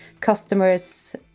customers